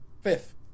Fifth